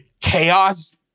chaos